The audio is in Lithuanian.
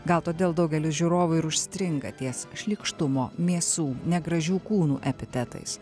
gal todėl daugelis žiūrovų ir užstringa ties šlykštumo mėsų negražių kūnų epitetais